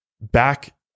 back